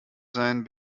sein